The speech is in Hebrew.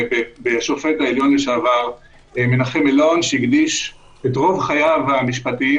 בשופט העליון לשעבר מנחם אלון שהקדיש את רוב חייו המשפטיים